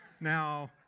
Now